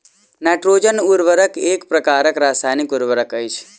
nitrogen उर्वरक एक प्रकारक रासायनिक उर्वरक अछि